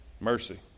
Mercy